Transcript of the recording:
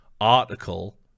article